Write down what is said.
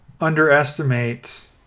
underestimate